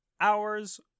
hours